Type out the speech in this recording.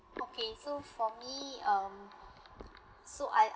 okay so for me um so I